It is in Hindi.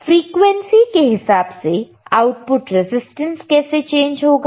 फ्रिकवेंसी के हिसाब से आउटपुट रेजिस्टेंस कैसे चेंज होगा